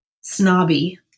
snobby